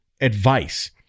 advice